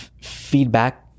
feedback